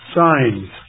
signs